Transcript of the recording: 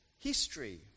history